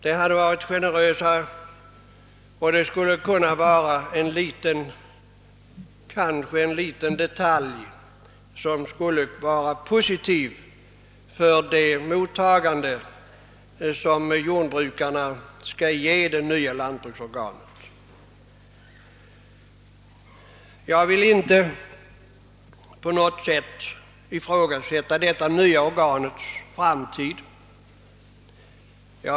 Det hade varit generösare, och det hade kanske också varit en detalj som bidragit till att göra jordbrukarnas mottagande av det nya lantbruksorganet positivt. Jag vill inte på något sätt ifrågasätta detta nya organs framtid.